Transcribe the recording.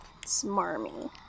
smarmy